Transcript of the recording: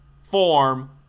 form